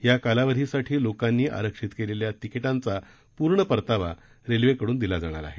या कालावधीसाठी लोकांनी आरक्षित केलेल्या तिकिटांचा पूर्ण परतावा रेल्वेकडून दिला जाणार आहे